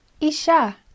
Isha